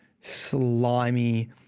slimy